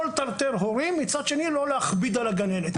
לטרטר הורים ומצד שני לא להכביד על הגננת.